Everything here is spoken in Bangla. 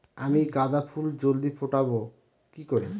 আমি গাঁদা ফুল জলদি ফোটাবো কি করে?